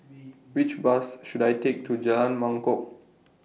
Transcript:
Which Bus should I Take to Jalan Mangkok